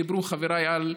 דיברו חבריי על המלגות,